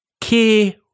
Key